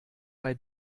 bei